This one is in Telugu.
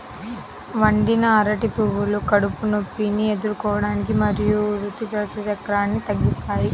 వండిన అరటి పువ్వులు కడుపు నొప్పిని ఎదుర్కోవటానికి మరియు ఋతు రక్తస్రావాన్ని తగ్గిస్తాయి